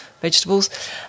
Vegetables